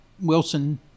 wilson